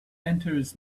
enters